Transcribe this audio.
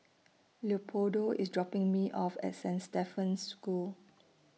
Leopoldo IS dropping Me off At Saint Stephen's School